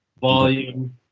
Volume